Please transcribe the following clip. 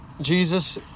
Jesus